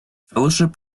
fellowship